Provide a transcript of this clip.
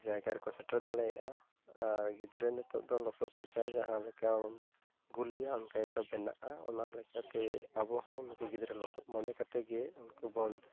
ᱡᱟᱭᱜᱟ ᱨᱮᱠᱚ ᱥᱮᱴᱮᱨ ᱫᱟᱲᱮᱭᱟᱜᱼᱟ ᱟᱨ ᱜᱤᱫᱽᱨᱟᱹ ᱱᱤᱛᱚᱜ ᱫᱚ ᱞᱚᱥᱚᱫ ᱞᱮᱠᱟ ᱡᱟᱦᱟᱸᱞᱮᱠᱟ ᱵᱚᱱ ᱜᱩᱞᱤᱭᱟ ᱚᱱᱠᱟᱜᱮᱠᱚ ᱵᱮᱱᱟᱜᱼᱟ ᱚᱱᱟ ᱞᱮᱠᱟᱛᱮ ᱟᱵᱚᱦᱚᱸ ᱱᱩᱠᱩ ᱜᱤᱫᱽᱨᱟᱹ ᱞᱚᱥᱚᱫ ᱢᱚᱱᱮ ᱠᱟᱛᱮᱜᱮ ᱩᱱᱠᱩ ᱵᱚᱱ